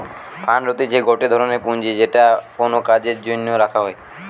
fund হতিছে গটে ধরনের পুঁজি যেটা কোনো কাজের জন্য রাখা হই